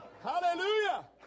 Hallelujah